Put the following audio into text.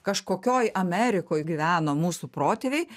kažkokioj amerikoj gyveno mūsų protėviai